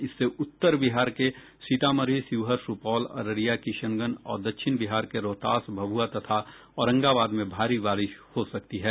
इससे उत्तर बिहार के सीतामढ़ी शिवहर सुपौल अररिया किशनगंज और दक्षिण बिहार के रोहतास भभुआ तथा औरंगाबाद में भारी बारिश हो सकती है